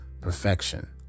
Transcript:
perfection